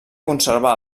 conservar